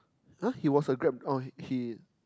!huh! he was a Grab oh he